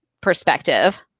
perspective